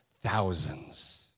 thousands